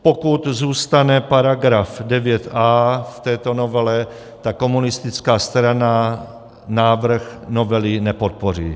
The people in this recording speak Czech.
Pokud zůstane § 9a v této novele, tak komunistická strana návrh novely nepodpoří.